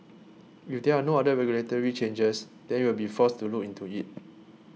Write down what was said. if there are no other regulatory changers then we'll be forced through into it